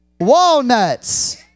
walnuts